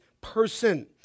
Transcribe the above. person